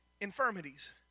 infirmities